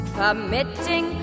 permitting